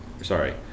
Sorry